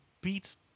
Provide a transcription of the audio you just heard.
beats